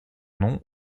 nom